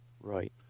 Right